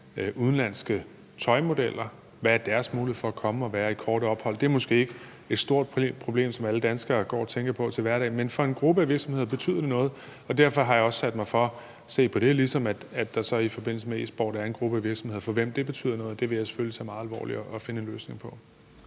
udenlandske tøjmodeller, og hvad deres muligheder er for at komme og være her i et kort ophold. Det er måske ikke et stort problem, som alle danskere går og tænker på til hverdag, men for en gruppe af virksomheder betyder det noget, og derfor har jeg også sat mig for at se på det, ligesom der så i forbindelse med e-sport er en gruppe af virksomheder, for hvem det betyder noget, og det vil jeg selvfølgelig tage meget alvorligt og finde en løsning på.